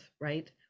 right